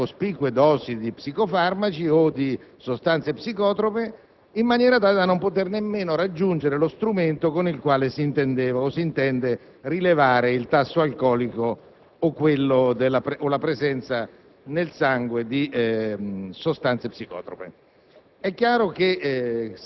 o talmente in preda a cospicue dosi di psicofarmaci o di sostanze psicotrope da non poter nemmeno raggiungere lo strumento con il quale si rileva il tasso alcolico o la presenza nel sangue di sostanze psicotrope.